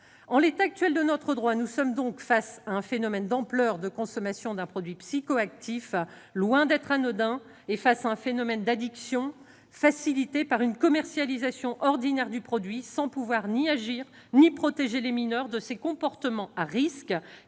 En l'état actuel de notre droit, nous sommes donc face à un phénomène de consommation d'ampleur d'un produit psychoactif, loin d'être anodin, et face à un phénomène d'addiction facilité par une commercialisation ordinaire du produit, sans pouvoir ni agir, ni protéger les mineurs de ces comportements à risques,